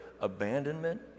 abandonment